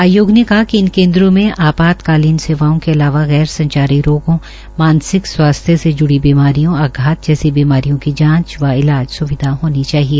आयोग ने कहा कि इन केन्द्रों में आपातकालीन सेवाओं के अलावा गैर संचारी रोगों मानसिक स्वास्थ्य से जुड़ी बीमारियों आघात जैसी बीमारियों की जांच व इलाज स्विधा होनी चाहिए